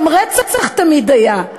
גם רצח תמיד היה.